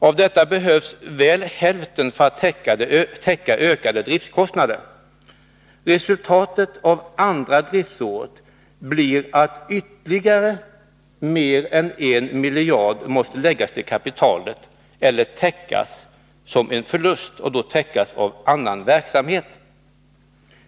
Av detta behövs väl hälften för att täcka ökade driftkostnader. Resultatet av andra driftsåret blir att ytterligare mer än 1 miljard måste läggas till kapitalet eller täckas som en förlust och då täckas av annan verksamhet.